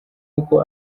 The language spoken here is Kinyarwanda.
uko